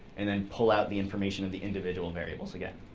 and then pull out the information of the individual variables again.